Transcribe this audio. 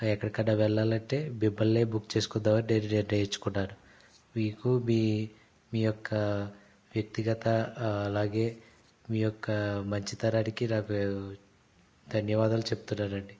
ఎక్కడికైనా వెళ్ళాలంటే మిమ్మల్నే బుక్ చేసుకుందామని నేను నిర్ణయించుకున్నాను మీకు మీ మీ యొక్క వ్యక్తిగత అలాగే మీ యొక్క మంచితనానికి నాకు ధన్యవాదాలు చెప్తున్నానండీ